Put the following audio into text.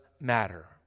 matter